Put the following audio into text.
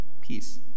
Peace